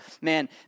man